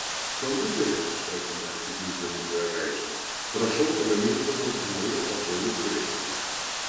kompiuteri ištarsime atsignybdami pyragaičio prašau pagaminti man naują patogų krėslą